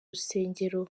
rusengero